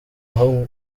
aho